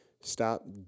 Stop